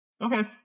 Okay